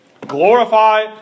Glorify